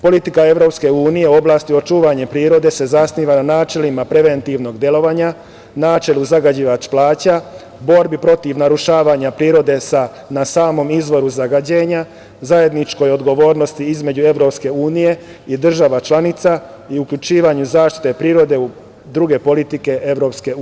Politika EU u oblasti očuvanje prirode se zasniva na načelu preventivnog delovanja, načelu zagađivač plaća, borbi protiv narušavanja prirode na samom izvoru zagađenja, zajedničkoj odgovornosti između EU i država članica i uključivanje zaštite prirode u druge politike EU.